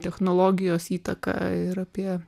technologijos įtaką ir apie